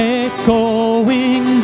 echoing